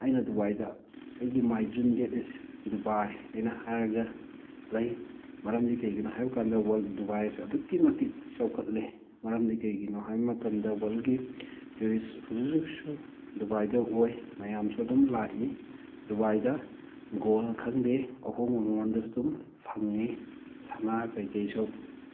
ꯑꯩꯅ ꯗꯨꯕꯥꯏꯗ ꯑꯩꯒꯤ my dream that is Dubai ꯑꯅ ꯍꯥꯏꯔꯒ ꯂꯩ ꯃꯔꯝꯗꯤ ꯀꯩꯒꯤꯅꯣ ꯍꯥꯏꯕꯀꯥꯟꯗ ꯗꯨꯕꯥꯏ ꯑꯁꯦ ꯑꯗꯨꯛꯀꯤ ꯃꯇꯤꯛ ꯆꯥꯎꯈꯠꯂꯤ ꯃꯔꯝꯗꯤ ꯀꯩꯒꯤꯅꯣ ꯍꯥꯏꯕ ꯃꯇꯝꯗ ꯋꯔꯜꯒꯤ ꯇꯨꯁꯤꯁ ꯍꯧꯖꯤꯛ ꯍꯧꯖꯤꯛꯁꯨ ꯗꯦꯕꯥꯏꯗ ꯑꯣꯏ ꯃꯌꯥꯝꯁꯨ ꯑꯗꯨꯝ ꯂꯥꯛꯏ ꯗꯨꯕꯥꯏꯗ ꯒꯣꯜ ꯈꯪꯗꯦ ꯑꯍꯣꯡꯕ ꯃꯃꯜꯗꯁꯨ ꯑꯗꯨꯝ ꯐꯪꯉꯤ ꯁꯅꯥ ꯀꯩꯀꯩꯁꯨ